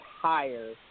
higher